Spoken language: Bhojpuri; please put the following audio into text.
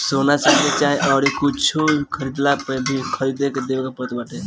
सोना, चांदी चाहे अउरी कुछु खरीदला पअ भी कर देवे के पड़त बाटे